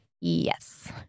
yes